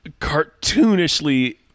cartoonishly